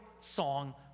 song